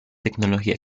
tecnología